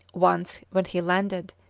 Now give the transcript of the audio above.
once when he landed,